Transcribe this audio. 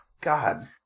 God